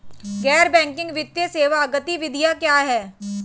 गैर बैंकिंग वित्तीय सेवा गतिविधियाँ क्या हैं?